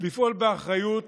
לפעול באחריות